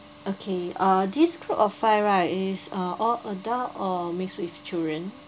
okay uh this group of five right is uh all adult or mix with children